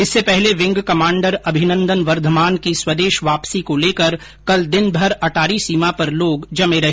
इससे पहले wing commander Abhinandan Varthaman की स्वदेश वापसी को लेकर कल दिनभर अटारी सीमा पर लोग जमे रहे